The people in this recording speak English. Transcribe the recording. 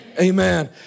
Amen